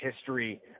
history